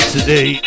Today